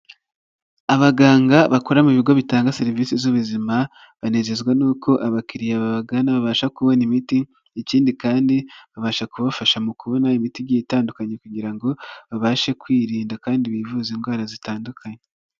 Abaganga bakora mu bigo bitanga serivisi z'ubuzima, banezezwa n'uko abakiliya babagana babasha kubona imiti, ikindi kandi babasha kubafasha mu kubona imiti igiye itandukanye, kugira ngo babashe kwirinda kandi bivuze indwara zitandukanye.